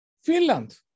Finland